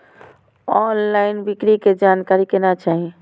Online बिक्री के जानकारी केना चाही?